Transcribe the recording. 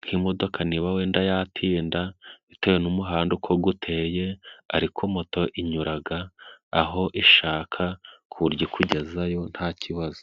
nk'imodoka niba wenda yatinda bitewe n'umuhanda uko guteye ariko moto inyuraga aho ishaka ku buryo ikugezayo nta kibazo.